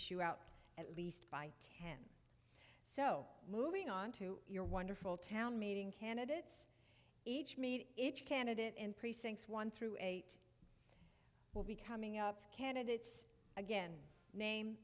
shoo out at least by ten so moving on to your wonderful town meeting candidates each made its candidate in precincts one through eight will be coming up candidates again name